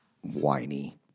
whiny